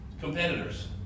competitors